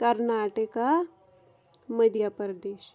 Karnataka Madhya Pradesh